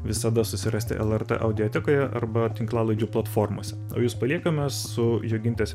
visada susirasti lrt audiotekoje arba tinklalaidžių platformose o jus paliekame su jogintės